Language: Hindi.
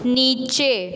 नीचे